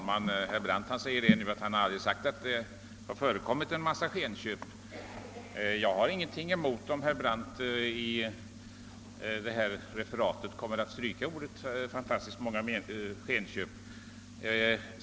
Herr talman! Herr Brandt yttrade att han aldrig sagt att det förekommit en mängd skenköp, och jag har ingenting emot att herr Brandt i referatet kommer att stryka orden »fantastiskt många skenköp».